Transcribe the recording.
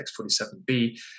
X47B